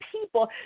people